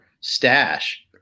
stash